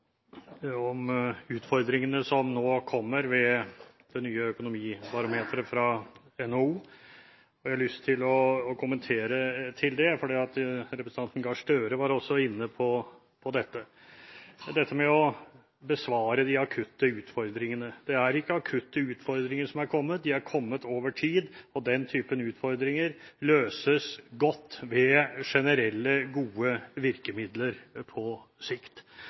om utfordringene som nå kommer ved det nye økonomibarometeret fra NHO. Jeg har lyst til å kommentere det, for representanten Gahr Støre var også inne på dette – dette med å besvare de akutte utfordringene. Det er ikke akutte utfordringer som er kommet. De er kommet over tid, og den typen utfordringer løses godt ved generelle, gode virkemidler på sikt.